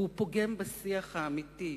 והוא פוגם בשיח האמיתי,